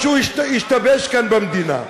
משהו השתבש כאן במדינה.